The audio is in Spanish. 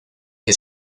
que